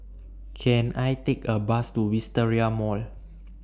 Can I Take A Bus to Wisteria Mall